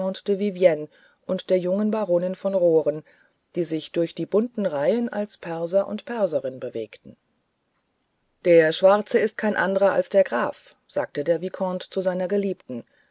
vivienne und der jungen baronin von roren die sich durch die bunten reihen als perser und perserin bewegten der schwarze ist kein anderer als der graf sagte der vicomte zu seiner geliebten